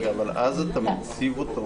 אבל אז אתה מציב אותו